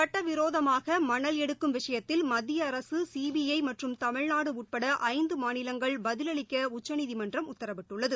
சட்டவிரோதமாகமணல் எடுக்கும் விஷயத்தில் மத்தியஅரக சிபிஐமற்றும் தமிழ்நாடுஉட்படஐந்தமாநிலங்கள் பதிலளிக்க உச்சநீதிமன்றம் உத்தரவிட்டுள்ளது